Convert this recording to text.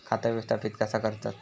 खाता व्यवस्थापित कसा करतत?